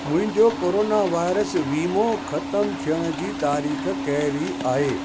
मुंहिंजो corona virus वीमो ख़तमु थियण जी तारीख़ कहिड़ी आहे